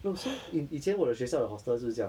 no so in 以前我学校的 hostel 就是这样